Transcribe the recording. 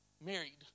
Married